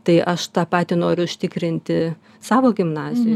tai aš tą patį noriu užtikrinti savo gimnazijoj